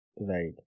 Right